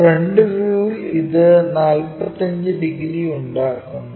front വ്യൂവിൽ ഇത് 45 degree ഉണ്ടാക്കുന്നു